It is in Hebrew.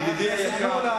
חבר הכנסת מולה